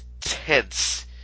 tense